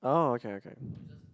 oh okay okay